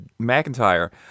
mcintyre